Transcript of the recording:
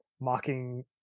mocking